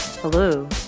Hello